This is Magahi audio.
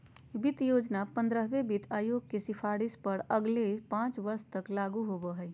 वित्त योजना पंद्रहवें वित्त आयोग के सिफारिश पर अगले पाँच वर्ष तक लागू होबो हइ